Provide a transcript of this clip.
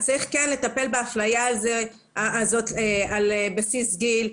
אז צריך כן לטפל באפליה הזאת על בסיס גיל.